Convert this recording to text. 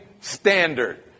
standard